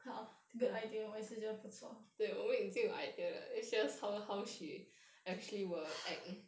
好 good idea 我也是觉得不错